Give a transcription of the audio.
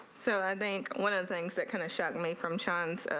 so i think one of the things that kind of shut me from johns.